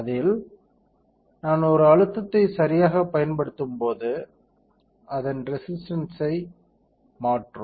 அதில் நான் ஒரு அழுத்தத்தை சரியாகப் பயன்படுத்தும்போது அதன் ரெசிஸ்டன்ஸ்சை மாற்றும்